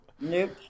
Nope